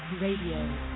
Radio